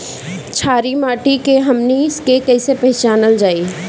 छारी माटी के हमनी के कैसे पहिचनल जाइ?